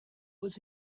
was